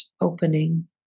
opening